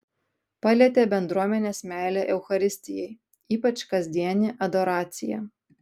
palietė bendruomenės meilė eucharistijai ypač kasdienė adoracija